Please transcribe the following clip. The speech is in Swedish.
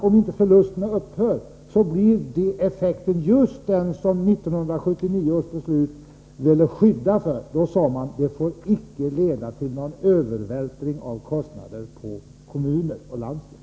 Om inte förlusterna upphör, blir effekten just den som 1979 års beslut skulle motverka. Då sade man att åtgärderna icke får leda till någon övervältring av kostnader på kommuner och landsting.